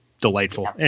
delightful